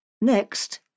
Next